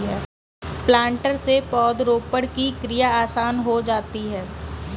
planter से पौधरोपण की क्रिया आसान हो जाती है